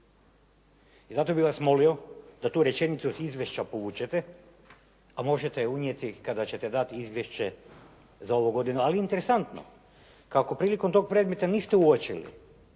I zato bih vas molio da tu rečenicu od izvješća povučete, a možete je unijeti kada ćete dati izvješće za ovu godinu. Ali interesantno kako prilikom tog predmeta niste uočili